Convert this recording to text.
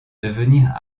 devenir